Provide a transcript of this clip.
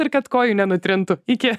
ir kad kojų nenutrintų iki